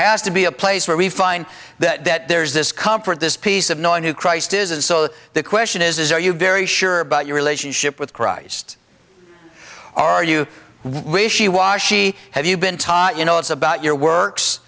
has to be a place where we find that there's this comfort this piece of knowing who christ is and so the question is is are you very sure about your relationship with christ or are you wishy washy have you been taught you know it's about your works